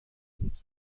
بود